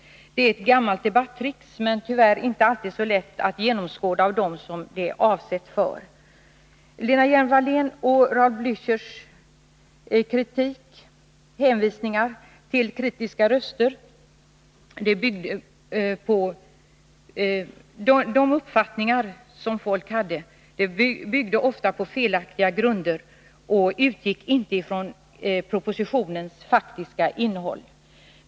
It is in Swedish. Det är ett gammalt debattrick, men tyvärr är det inte alltid så lätt att genomskåda av dem som det hela är avsett för. Lena Hjelm-Wallén och Raul Blächer hänvisar till kritiska röster, men de uppfattningar som människor har haft har ofta byggt på felaktiga grunder och inte utgått från propositionens faktiska innehåll.